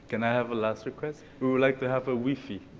and i have a last request? we would like to have a wefie.